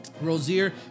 Rozier